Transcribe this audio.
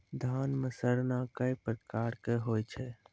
धान म सड़ना कै प्रकार के होय छै?